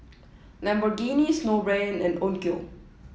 Lamborghini Snowbrand and Onkyo